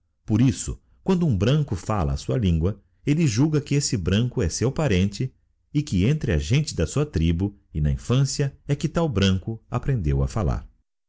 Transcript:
por isso quando um branco falia a sua lingua elle julga que esse branco é seu parentes que entre a gente da sua tribu e na infância é que tal branco aprendeu a fallar